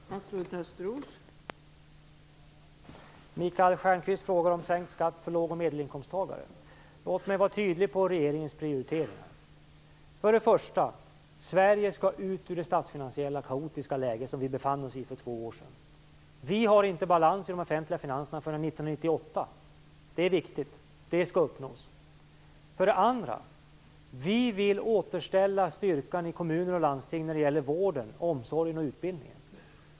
Fru talman! Michael Stjernström frågade om sänkt skatt för låg och medelinkomsttagare. Låt mig vara tydlig när det gäller regeringens prioriteringar. För det första skall Sverige ut ur det statsfinansiella kaotiska läge landet befann sig i för två år sedan. Vi har inte balans i de offentliga finanserna förrän 1998. Det är viktigt, och det skall uppnås. För det andra vill regeringen återställa styrkan i kommuner och landsting när det gäller vården, omsorgen och utbildningen.